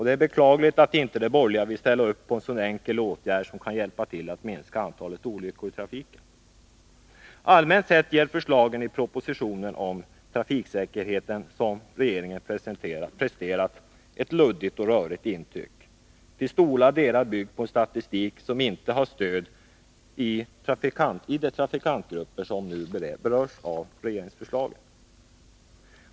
Det är beklagligt att de borgerliga inte vill ställa upp på en sådan enkel åtgärd som kan hjälpa till att minska antalet olyckor i trafiken. Allmänt sett ger förslagen i den proposition om trafiksäkerheten som regeringen presterat ett luddigt och rörigt intryck. Propositionen är till stora delar byggd på en statistik som inte har stöd i de trafikantgrupper som berörs av regeringsförslagen.